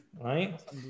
Right